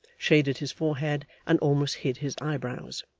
shaded his forehead, and almost hid his eyebrows.